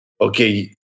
Okay